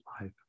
life